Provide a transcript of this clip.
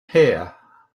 here